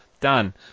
done